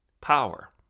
power